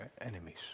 Enemies